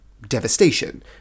Devastation